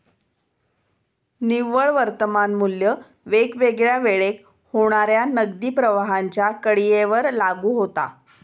निव्वळ वर्तमान मू्ल्य वेगवेगळ्या वेळेक होणाऱ्या नगदी प्रवाहांच्या कडीयेवर लागू होता